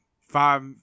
five